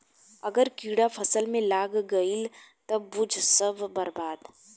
अगर कीड़ा फसल में लाग गईल त बुझ सब बर्बाद